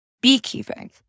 Beekeeping